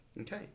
Okay